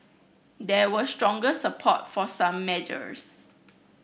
there was stronger support for some measures